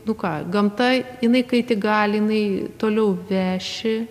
nu ką gamta jinai kai tik gali jinai toliau veši